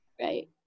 right